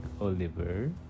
Oliver